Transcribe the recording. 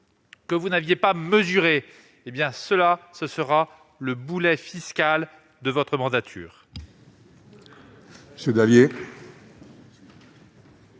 que vous n'aviez pas mesurées. Ce sera le boulet fiscal de votre mandature.